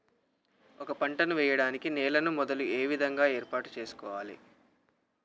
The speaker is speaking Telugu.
ఒక పంట వెయ్యడానికి నేలను మొదలు ఏ విధంగా ఏర్పాటు చేసుకోవాలి?